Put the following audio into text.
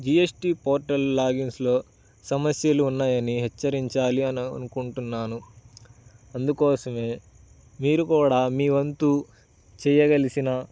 G S T portal లాగిన్స్లో సమస్యలు ఉన్నాయని హెచ్చరించాలి అని అనుకుంటున్నాను అందుకోసమే మీరు కూడా మీ వంతు చేయగలిగిన